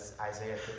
Isaiah